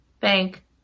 thank